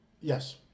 Yes